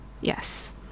Yes